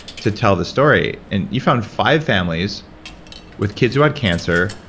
to tell the story. and you found five families with kids who had cancer,